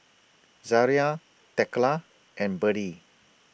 Zariah Thekla and Birdie